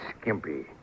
skimpy